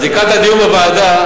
אז לקראת הדיון בוועדה,